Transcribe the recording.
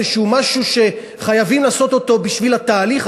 איזה משהו שחייבים לעשות בשביל התהליך,